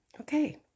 okay